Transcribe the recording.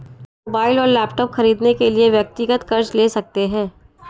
mobile और laptop खरीदने के लिए व्यक्तिगत कर्ज ले सकते है